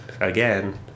Again